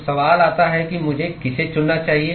तो सवाल आता है कि मुझे किसे चुनना चाहिए